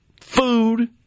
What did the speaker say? food